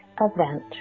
event